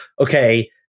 okay